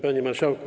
Panie Marszałku!